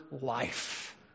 life